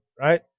right